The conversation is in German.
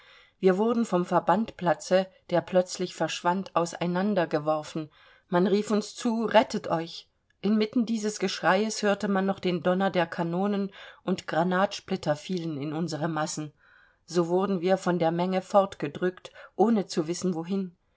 wir wurden vom verbandplatze der plötzlich verschwand auseinandergeworfen man rief uns zu rettet euch inmitten dieses geschreies hörte man noch den donner der kanonen und granatsplitter fielen in unsere massen so wurden wir von der menge fortgedrückt ohne zu wissen wohin